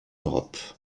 europe